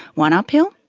one uphill,